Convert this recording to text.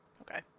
Okay